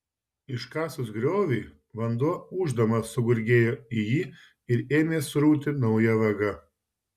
iškasus griovį vanduo ūždamas sugurgėjo į jį ir ėmė srūti nauja vaga